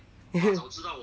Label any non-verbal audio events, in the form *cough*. *laughs*